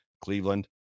Cleveland